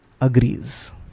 agrees